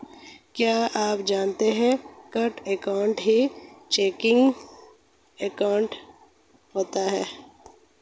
क्या आप जानते है करंट अकाउंट ही चेकिंग अकाउंट होता है